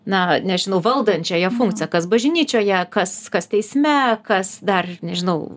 na nežinau valdančiąją funkciją kas bažnyčioje kas kas teisme kas dar nežinau